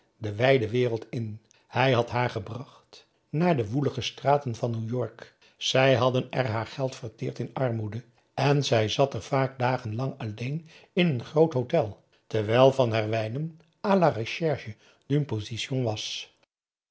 de wijde wereld in hij had haar gebracht naar de woelige straten van new-york zij hadden er haar geld verteerd in armoede en zij zat er vaak dagen lang alleen in een groot hotel terwijl van herwijnen à la recherche d'une position was